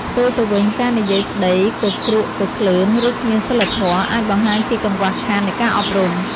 ផ្ទុយទៅវិញ ការនិយាយស្តីគម្រក់គគ្លើន ឬគ្មានសីលធម៌ អាចបង្ហាញពីកង្វះខាតនៃការអប់រំ។